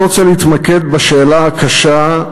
אני רוצה להתמקד בשאלה הקשה: